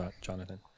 Jonathan